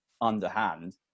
underhand